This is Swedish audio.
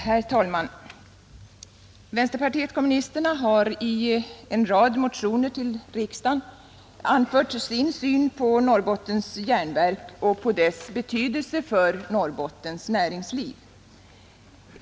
Herr talman! Vänsterpartiet kommunisterna har i en rad motioner till riksdagen anfört sin syn på Norrbottens järnverk och dess betydelse för Norrbottens näringsliv.